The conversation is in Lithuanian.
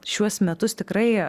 šiuos metus tikrai